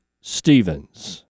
Stevens